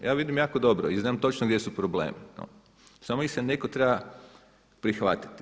Ja vidim jako dobro i znam točno gdje su problemi, samo ih se neko treba prihvatiti.